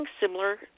similar